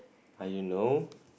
I don't know